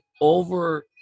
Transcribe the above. over